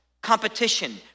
competition